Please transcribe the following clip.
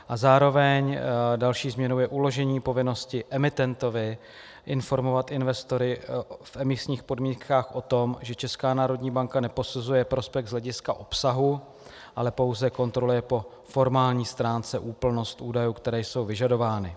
A zároveň další změnou je uložení povinnosti emitentovi informovat investory v emisních podmínkách o tom, že Česká národní banka neposuzuje prospekt z hlediska obsahu, ale pouze kontroluje po formální stránce úplnost údajů, které jsou vyžadovány.